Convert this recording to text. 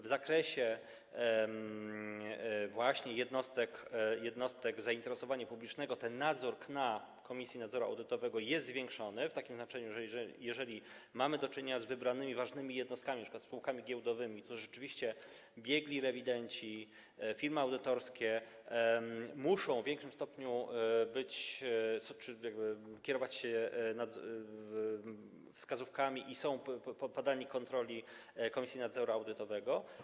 W zakresie jednostek zainteresowania publicznego ten nadzór Komisji Nadzoru Audytowego jest zwiększony w takim znaczeniu, że jeżeli mamy do czynienia z wybranymi ważnymi jednostkami, np. spółkami giełdowymi, rzeczywiście biegli rewidenci, firmy audytorskie muszą w większym stopniu kierować się wskazówkami, są poddani kontroli Komisji Nadzoru Audytowego.